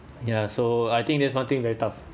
ya so I think there's one thing very tough